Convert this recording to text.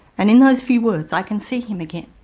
and in those few words i can see him again.